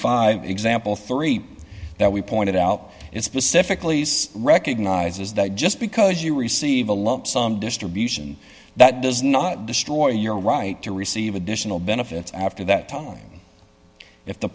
five example three that we pointed out it's specifically recognizes that just because you receive a lump sum distribution that does not destroy your right to receive additional benefits after that time if the